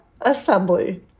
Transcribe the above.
assembly